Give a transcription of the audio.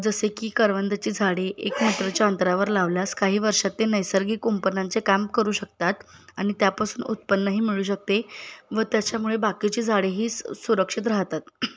जसे की करवंदाची झाडे एक मिटरच्या अंतरावर लावल्यास काही वर्षात ते नैसर्गिक कुंपणांचे काम करू शकतात आणि त्यापासून उत्पन्नही मिळू शकते व त्याच्यामुळे बाकीची झाडेही सुरक्षित राहतात